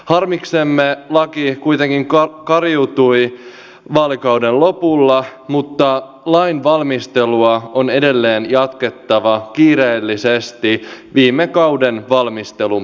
harmiksemme laki kuitenkin kariutui vaalikauden lopulla mutta lainvalmistelua on edelleen jatkettava kiireellisesti viime kauden valmistelun pohjalta